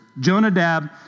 Jonadab